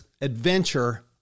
adventure